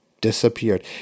disappeared